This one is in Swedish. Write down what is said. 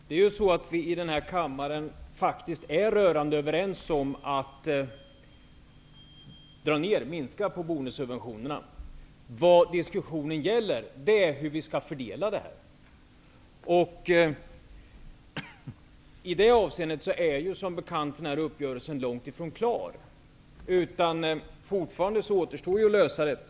Fru talman! Vi är i denna kammare rörande överens om att minska boendesubventionerna. Vad diskussionen nu gäller är hur vi skall fördela detta. I det avseendet är som bekant uppgörelsen långt ifrån klar. Fortfarande återstår frågor att lösa.